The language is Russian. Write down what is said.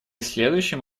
следующим